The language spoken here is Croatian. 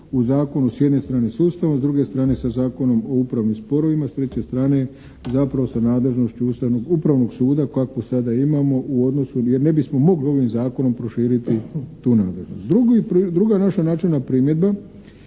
u zakonu s jedne strane s Ustavom, s druge strane sa Zakonom o upravnim sporovima, s treće strane zapravo sa nadležnošću Ustavnog, upravnog suda kakvog sada imamo u odnosu, jer ne bismo mogli ovim zakonom proširiti tu nadležnost. Druga naša načelna primjedba